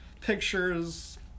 pictures